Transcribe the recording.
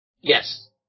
Yes